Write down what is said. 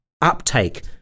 uptake